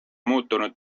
muutunud